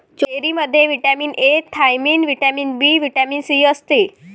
चेरीमध्ये vitamin A, thiamine, vitamin B, vitamin C असते